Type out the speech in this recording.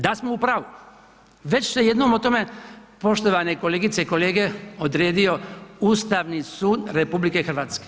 Da smo u pravu, već se jednom o tome poštovane kolegice i kolege odredio Ustavni sud RH.